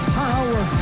power